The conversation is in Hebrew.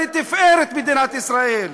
שהן יודעות שכשהן במקלט, כשהן מוגנות,